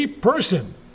person